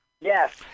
Yes